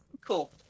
Cool